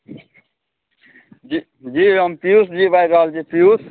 जी हम पियूष जी बाजि रहल छी पियूष